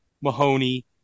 Mahoney